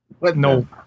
No